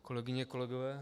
Kolegyně, kolegové.